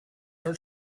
her